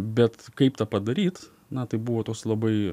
bet kaip tą padaryt na tai buvo toks labai